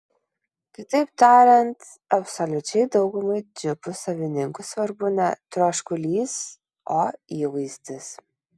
kitaip tariant absoliučiai daugumai džipų savininkų svarbu ne troškulys o įvaizdis